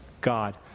God